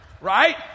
Right